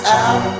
out